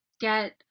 get